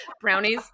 brownies